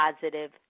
positive